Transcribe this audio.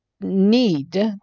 need